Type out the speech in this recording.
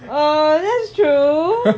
err that's true